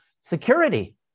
security